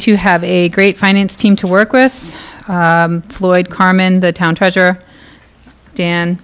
to have a great finance team to work with floyd carmen the town treasure